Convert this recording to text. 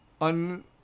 On